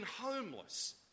homeless